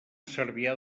cervià